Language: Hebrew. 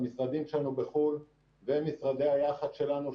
המשרדים שלנו בחו"ל ומשרדי היח"ץ שלנו,